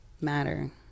matter